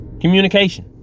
Communication